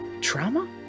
Trauma